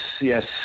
yes